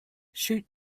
shoot